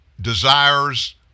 desires